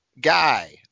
guy